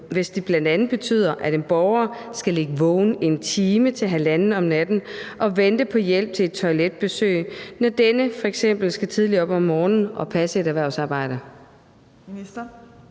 hvis det bl.a. betyder, at en borger skal ligge vågen en time til halvanden om natten og vente på hjælp til et toiletbesøg, når denne f.eks. skal tidligt op om morgenen og passe et erhvervsarbejde?